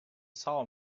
saw